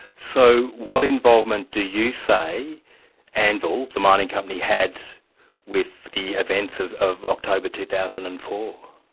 so what involvement do you say anvil, the mining company, had with the events of of october two thousand and four?